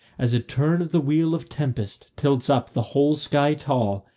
as a turn of the wheel of tempest tilts up the whole sky tall,